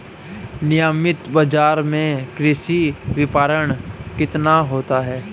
नियमित बाज़ार में कृषि विपणन कितना होता है?